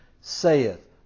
saith